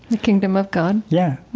the kingdom of god? yeah,